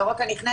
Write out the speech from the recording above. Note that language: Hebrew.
לא רק הנכנסת.